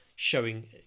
showing